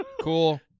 cool